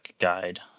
guide